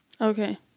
Okay